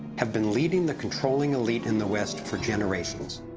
have been leading the controlling elite in the west for generations.